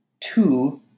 two